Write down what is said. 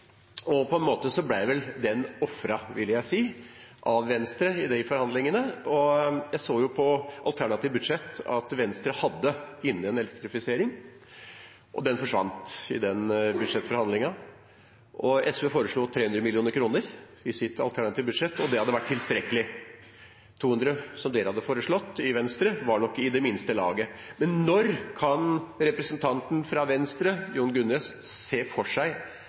og på en måte ble vel det ofret – vil jeg si – av Venstre i de forhandlingene. Jeg så i alternativt budsjett at Venstre hadde inne en elektrifisering, og den forsvant under budsjettforhandlingene. SV foreslo 300 mill. kr i sitt alternative budsjett, og det hadde vært tilstrekkelig. 200 mill. kr, som Venstre hadde foreslått, var nok i minste laget. Men når kan representanten fra Venstre – Jon Gunnes – se for seg